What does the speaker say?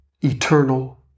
eternal